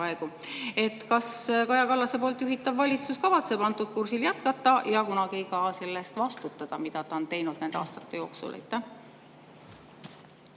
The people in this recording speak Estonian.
aegu. Kas Kaja Kallase juhitav valitsus kavatseb antud kursil jätkata ja kunagi ka selle eest vastutada, mida ta on teinud nende aastate jooksul?